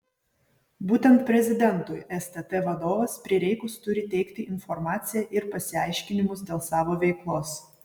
būtent prezidentui stt vadovas prireikus turi teikti informaciją ir pasiaiškinimus dėl savo veiklos